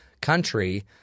country